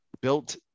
built